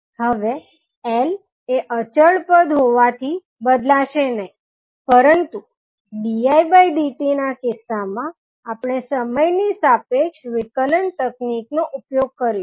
હવે L એ અચળ પદ હોવાથી બદલાશે નહીં પરંતુ didtનાં કિસ્સામાં આપણે સમયની સાપેક્ષ વિકલન તક્નીકનો ઉપયોગ કરીશું